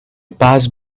passed